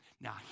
Now